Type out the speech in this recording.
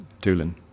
Doolin